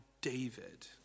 David